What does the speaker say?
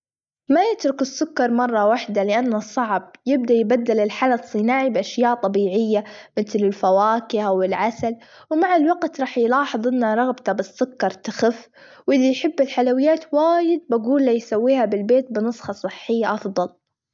ما يترك السكر مرة واحدة لأنه صعب يبدا يبدل الحلى الصناعي بأشياء طبيعية متل الفواكة، أوالعسل ومع الوجت راح يلاحظ أن رغبته بالسكر تخف، واللي يحب الحلويات وايد بجوله يسويها بالبيت بنسخة صحية أفظل.